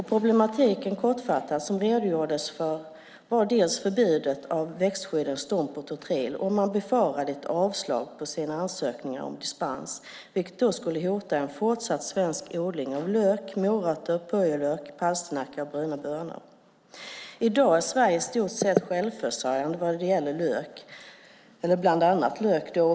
Den problematik som det redogjordes för var kortfattat bland annat förbudet mot växtskydden Stomp och Totril, och man befarade ett avslag på sina ansökningar om dispens, vilket då skulle hota en fortsatt svensk odling av lök, morötter, purjolök, palsternacka och bruna bönor. I dag är Sverige i stort sett självförsörjande vad gäller bland annat lök.